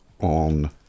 on